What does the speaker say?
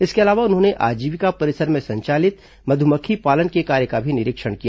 इसके अलावा उन्होंने आजीविका परिसर में संचालित मध्मक्खी पालन के कार्य का भी निरीक्षण किया